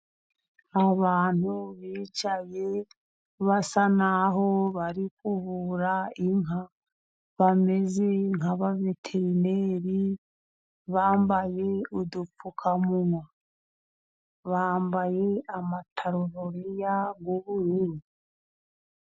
Abantu bicaye, basa n'aho bari kuvura inka. Bameze nk'abaveterineri, bambaye udupfukamunwa, bambaye amataburiya y'ubururu.